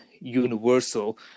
universal